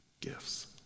gifts